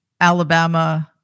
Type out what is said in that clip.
Alabama